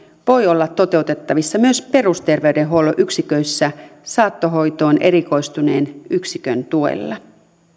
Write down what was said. voi olla toteutettavissa myös perusterveydenhuollon yksiköissä saattohoitoon erikoistuneen yksikön tuella